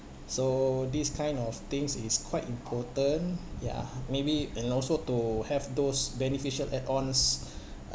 so these kind of things is quite important ya maybe and also to have those beneficial add ons